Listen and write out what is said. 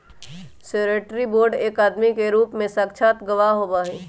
surety bond एक आदमी के रूप में साक्षात गवाह होबा हई